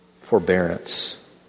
forbearance